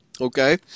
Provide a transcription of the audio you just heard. Okay